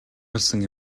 болсон